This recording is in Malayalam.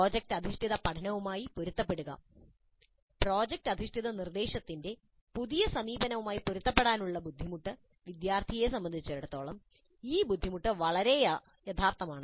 പ്രോജക്റ്റ് അധിഷ്ഠിത പഠനവുമായി പൊരുത്തപ്പെടുക പ്രോജക്റ്റ് അധിഷ്ഠിത നിർദ്ദേശത്തിന്റെ പുതിയ സമീപനവുമായി പൊരുത്തപ്പെടാനുള്ള ബുദ്ധിമുട്ട് വിദ്യാർത്ഥിയെ സംബന്ധിച്ചിടത്തോളം ഈ ബുദ്ധിമുട്ട് വളരെ യഥാർത്ഥമാണ്